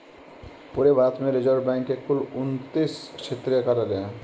पूरे भारत में reserve bank के कुल उनत्तीस क्षेत्रीय कार्यालय हैं